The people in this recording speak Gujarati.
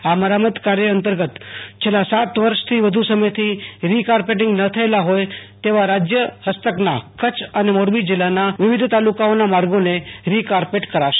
આ મરામત કાર્ય અંતર્ગત છેલ્લા સાત વર્ષથી વધુ સમયથી રિ કાર્પેટિંગ ન થયેલા હોય તેવા રાજય હસ્તકના કચ્છ અને મોરબી જીલ્લાના વિવિધ તાલુકાઓના માર્ગોને રિ કાર્પેટ કરાશે